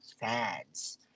fans